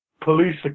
police